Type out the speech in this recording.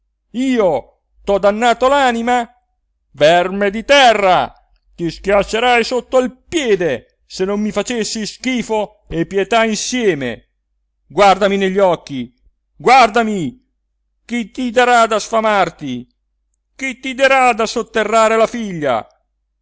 pirandello l'anima verme di terra ti schiaccerei sotto il piede se non mi facessi schifo e pietà insieme guardami negli occhi guardami chi ti darà da sfamarti chi ti darà da sotterrare la figlia